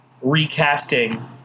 recasting